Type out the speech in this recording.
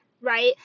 right